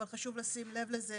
וחשוב לשים לב לזה